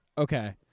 Okay